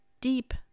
deep